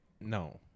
No